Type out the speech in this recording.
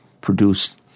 produced